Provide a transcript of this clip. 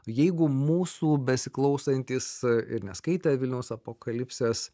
jeigu mūsų besiklausantys ir neskaitė vilniaus apokalipsės